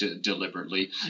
deliberately